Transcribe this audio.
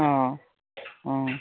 ꯑꯧ ꯑꯧ